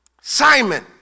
Simon